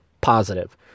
positive